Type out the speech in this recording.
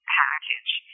package